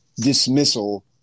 dismissal